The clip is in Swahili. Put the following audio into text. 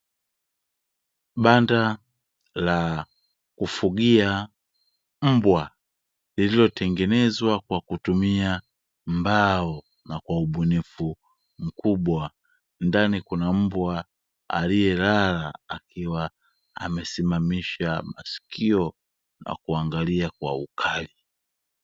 Banda la kufugia mbwa lililotengenezwa kwa kutumia mbao, na kwa ubunifu mkubwa. Ndani kuna mbwa aliyelala akiwa amesimamisha masikio, na kuangalia kwa ukali.